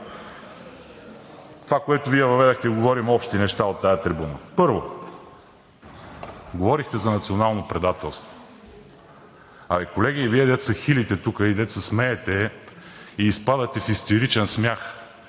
това, което Вие въведохте – да говорим общи неща от тази трибуна. Първо, говорихте за национално предателство. Абе, колеги, Вие, дето се хилите тук – дето се смеете и изпадате в истеричен смях,